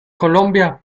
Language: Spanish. colombia